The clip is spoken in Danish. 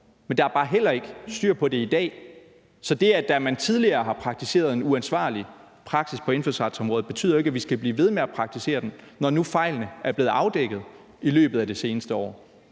men der er bare heller ikke styr på det i dag. Så det, at man tidligere har ført en uansvarlig praksis på indfødsretsområdet, betyder ikke, at vi skal blive ved med at føre den, når nu fejlene er blevet afdækket i løbet af det seneste år.